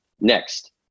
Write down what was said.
Next